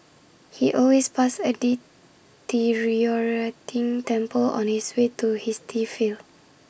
he always passed A deteriorating temple on his way to his tea field